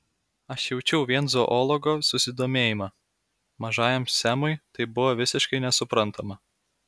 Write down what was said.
aš jaučiau vien zoologo susidomėjimą mažajam semui tai buvo visiškai nesuprantama